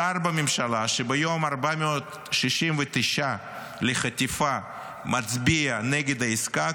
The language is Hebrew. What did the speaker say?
שר בממשלה שביום ה-469 לחטיפה מצביע נגד העסקה,